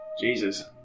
Jesus